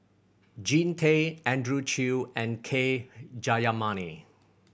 Jean Tay Andrew Chew and K Jayamani